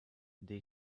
dei